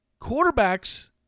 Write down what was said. Quarterbacks